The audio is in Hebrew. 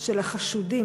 של החשודים.